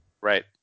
Right